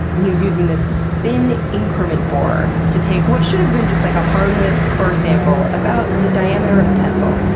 and he was using this thin increment borer to take what should have been like a harmless core sample about the diameter of a pencil.